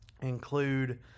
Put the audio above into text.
include